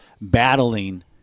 battling